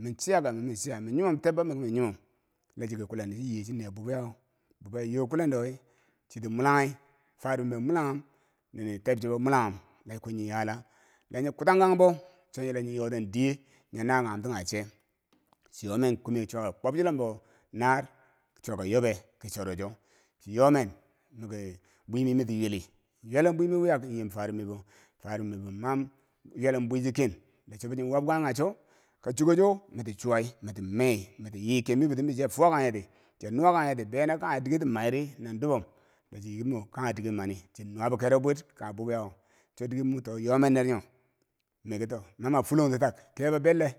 Min chiyaka miki min chiya, min nyi mom tebbo miki min nyimom la chiki kwilendo chi ye chi ne bubiyawo, bubiyawo yo kwilendo wi, chiti mulanghi, farub mibbo mulanghum nini teb chebbo mulanghum la nyi nkwen nyi yala. la nyi kwitangkanbo chola nyio yoten diye, nyi nakanghum ti kanghe che. chii yomen kume chwiyakeu kwob chulombo naar ki chwiyako yobe, ki choro cho. chi yomen miki bwimi miki yweli, nywelum bwimi wiyak nyim farub mibbo. farub mibbo mam ywelum bwichi ken la chokoto wab kanghi kanghe cho, ka chuko cho kiti chuwai miti mei, miti yi keb mibbo ti miki chia fuwa kang ye ti chia nuwakangyeti beno kanghe diker ki mai ri nan dubom, lachiki la chiki mo, kanghe diker mani, chin nuwabo kero bwir kanghe bubiyawo cho dike mwito yo men neer nyo miki to, ma ma fulong ti tak kebo belle